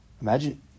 Imagine